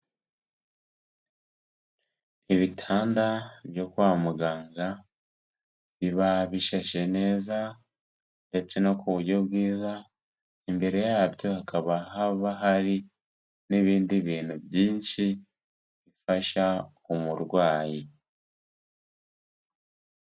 Ibitanda byo kwa muganga biba bisheshe neza ndetse no ku buryo bwiza, imbere yabyo hakaba haba hari n'ibindi bintu byinshi bifasha umurwayi.